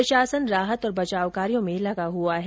प्रशासन राहत और बचाव कार्यो में लगा हुआ है